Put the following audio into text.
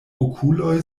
okuloj